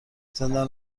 زندان